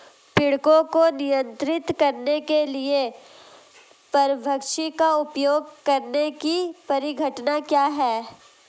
पीड़कों को नियंत्रित करने के लिए परभक्षी का उपयोग करने की परिघटना क्या है?